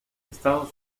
estados